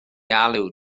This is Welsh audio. alw